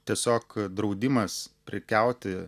tiesiog draudimas prekiauti